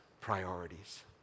priorities